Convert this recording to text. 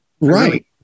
right